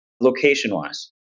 location-wise